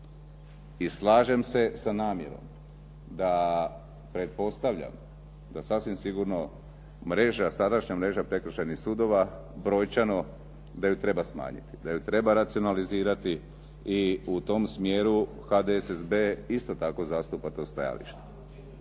I slažem se sa namjerom da pretpostavljam da sasvim sigurno sadašnja mreža prekršajnih sudova brojčano da ju treba smanjiti, da ju treba racionalizirati i u tom smjeru HDSSB isto tako zastupa to stajalište.